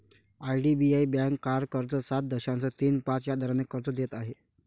IDBI bank car कर्ज सात दशांश तीन पाच या दराने कर्ज देत आहे